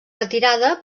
retirada